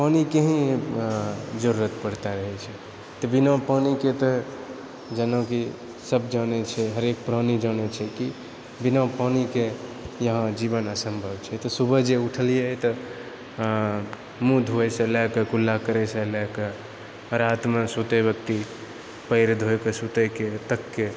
पानिके हि जरुरत पड़िते रहै छै तऽ बिना पानिके जेनाकि सभ जानैत छै हरेक प्राणी जानए छै कि बिना पानिके यहाँ जीवन असम्भव छै तऽ सुबह जे उठलिऐ तऽ मुँह धोएसँ लए कऽ कुल्ला करएसँ लए कऽ रातिमे सुतए वक्ति पैर धोएके सुतएके तकके